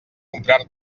comprar